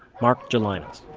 mark gelinas